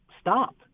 stop